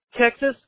Texas